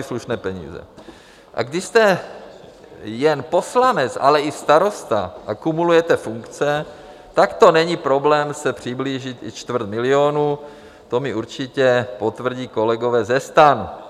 A když jste jen poslanec, ale i starosta a kumulujete funkce, tak není problém se přiblížit i čtvrt milionu to mi určitě potvrdí kolegové ze STAN.